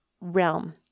realm